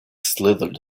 slithered